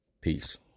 Peace